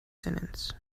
sentence